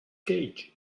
cage